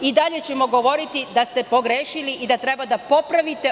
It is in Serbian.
I dalje ćemo govoriti da ste pogrešili i da treba da popravite.